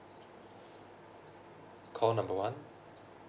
call number one